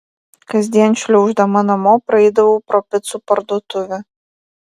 kasdien šliauždama namo praeidavau pro picų parduotuvę